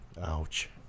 ouch